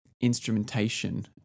instrumentation